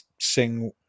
sing